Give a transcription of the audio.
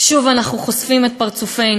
שוב אנחנו חושפים את פרצופנו,